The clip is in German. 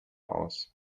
aus